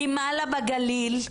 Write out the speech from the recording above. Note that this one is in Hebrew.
למעלה בגליל,